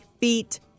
feet